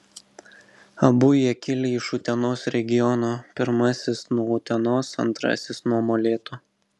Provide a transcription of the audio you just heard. abu jie kilę iš utenos regiono pirmasis nuo utenos antrasis nuo molėtų